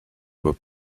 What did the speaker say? were